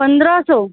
पंद्रहं सौ